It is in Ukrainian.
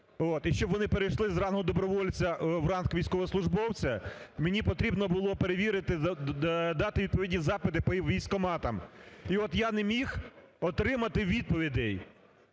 і щоб вони перейшли з рангу добровольця в ранг військовослужбовця, мені потрібно було перевірити, дати відповідні запити по військкоматам. І от я не міг отримати відповідей.